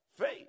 Faith